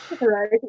Right